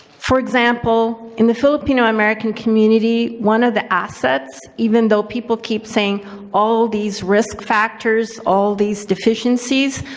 for example, in the filipino-american community, one of the assets even though people keep saying all these risk factors, all these deficiencies,